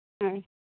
ᱦᱮᱸ